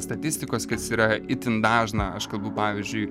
statistikos kas yra itin dažna aš kalbu pavyzdžiui